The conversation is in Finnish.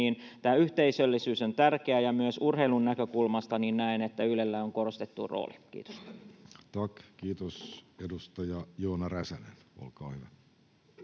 tämä yhteisöllisyys on tärkeää. Myös urheilun näkökulmasta näen, että Ylellä on korostettu rooli. — Kiitos. Tack, kiitos. — Edustaja Joona Räsänen, olkaa hyvä.